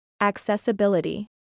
Accessibility